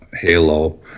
Halo